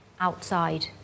outside